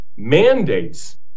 mandates